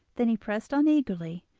then he pressed on eagerly,